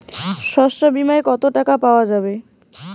শস্য বিমায় কত টাকা পাওয়া যায়?